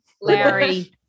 Larry